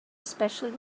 especially